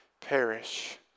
perish